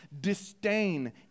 Disdain